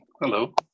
Hello